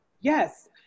Yes